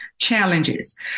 challenges